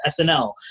SNL